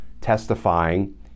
testifying